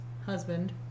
husband